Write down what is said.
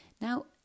Now